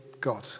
God